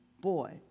boy